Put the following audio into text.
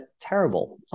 terrible